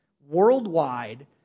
worldwide